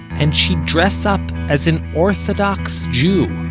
and she'd dress up as an orthodox jew,